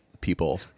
people